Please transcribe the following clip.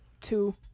two